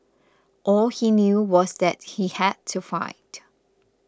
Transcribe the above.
all he knew was that he had to fight